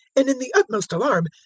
and in the utmost alarm,